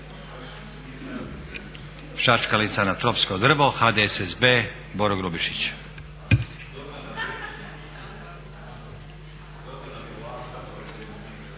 Čačkalica na tropsko drvo, HDSSB Boro Grubišić.